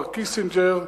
מר קיסינג'ר,